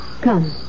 Come